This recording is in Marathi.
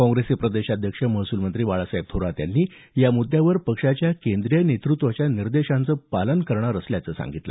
काँग्रेसचे प्रदेशाध्यक्ष महसूल मंत्री बाळासाहेब थोरात यांनी या मुद्यावर पक्षाच्या केंद्रीय नेतृत्वाच्या निर्देशांचं पालन करणार असल्याचं सांगितलं